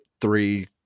three